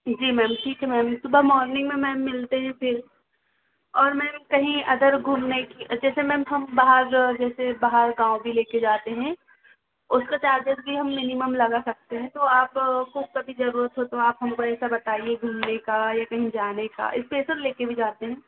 जी ma'am ठीक है ma'am सुबह मॉर्निंग में मैम मिलते हैं फिर और मैम कहीं अदर घूमने कि जैसे मैम हम बहार जो जैसे बहार गाँव भी लेके जाते हैं उसका चार्जेज़ भी हम मिनिमम लगा सकते हैं तो आपको कभी जरुरत हो तो आप हमको ऐसा बताइए घूमने का या कहीं जाने का स्पेशल लेके भी जाते हैं